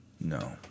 No